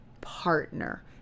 partner